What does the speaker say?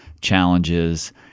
challenges